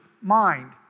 mind